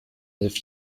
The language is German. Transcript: elf